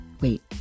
Wait